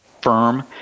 firm